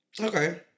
Okay